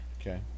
Okay